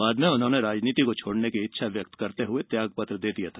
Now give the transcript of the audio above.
बाद में उन्होंने राजनीति को छोड़ने की इच्छा व्यक्त करते हुए त्यागपत्र दे दिया था